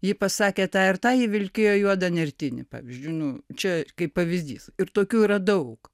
ji pasakė tą ir tą ji vilkėjo juodą nertinį pavyzdžiui nu čia kaip pavyzdys ir tokių yra daug